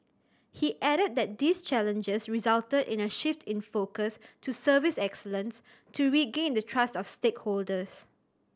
he added that these challenges resulted in a shift in focus to service excellence to regain the trust of stakeholders